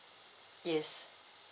yes